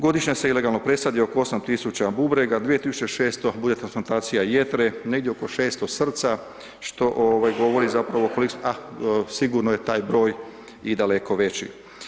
Godišnje se ilegalno presadi oko 8000 bubrega, 2600 bude transplantacija jetre, negdje oko 600 srca što govori zapravo sigurno je taj broj i daleko veći.